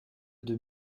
deux